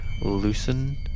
loosen